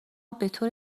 بطور